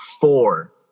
four